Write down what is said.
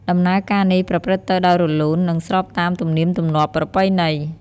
ដំណើរការនេះប្រព្រឹត្តទៅដោយរលូន និងស្របតាមទំនៀមទម្លាប់ប្រពៃណី។